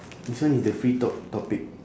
this one is the free top~ topic